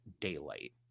daylight